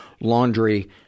laundry